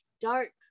dark